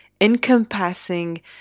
encompassing